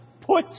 put